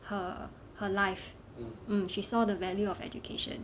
her her life mm she saw the value of education